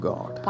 God